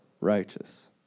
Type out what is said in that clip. righteous